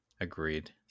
agreed